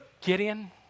Gideon